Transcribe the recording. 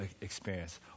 experience